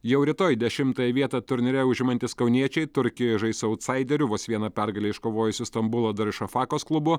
jau rytoj dešimtąją vietą turnyre užimantys kauniečiai turkijoj žais su autsaideriu vos vieną pergalę iškovojusiu stambulo darušafakos klubu